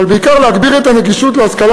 אבל בעיקר להגביר את נגישות ההשכלה